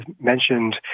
mentioned